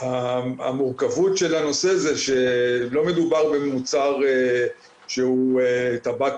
המורכבות של הנושא שלא מדובר במוצר שהוא טבק